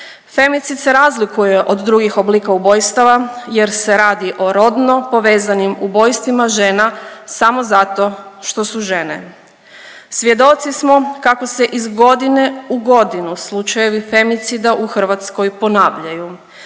Femicid se razlikuje od drugih oblika ubojstava jer se radi o rodno povezanim ubojstvima žena samo zato što su žene. Svjedoci smo kako se iz godine u godinu slučajevi femicida u Hrvatskoj ponavljaju.